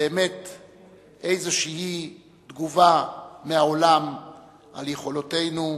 איזושהי תגובה מהעולם על יכולותינו,